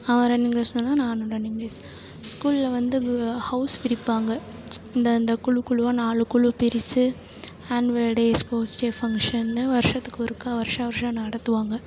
அவன் ரன்னிங் ரேஸ்லனால் நானும் ரன்னிங் ரேஸ் ஸ்கூலில் வந்து ஹௌஸ் பிரிப்பாங்க இந்த இந்த குழு குழுவா நாலு குழு பிரித்து ஆனுவல் டே ஸ்போர்ட்ஸ் டே ஃபங்ஷன்னு வருடத்துக்கு ஒருக்கா வருடா வருடம் நடத்துவாங்க